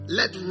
let